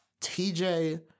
TJ